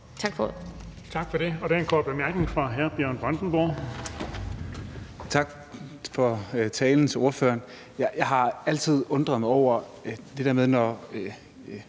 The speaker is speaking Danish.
Tak for det.